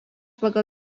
pagal